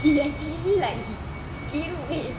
he actually like he gain weight